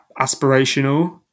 aspirational